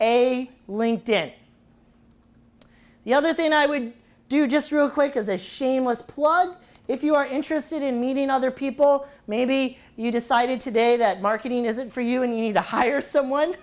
a linked in the other thing i would do just real quick as a shameless plug if you are interested in meeting other people maybe you decided today that marketing isn't for you a need to hire someone